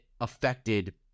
affected